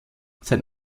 sein